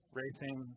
racing